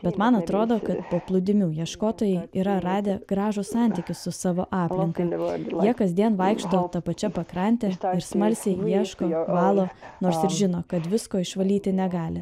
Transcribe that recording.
bet man atrodo kad paplūdimių ieškotojai yra radę gražų santykį su savo aplinka jie kasdien vaikšto ta pačia pakrante ir smalsiai ieško valo nors ir žino kad visko išvalyti negali